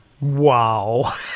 Wow